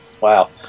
Wow